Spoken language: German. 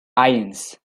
eins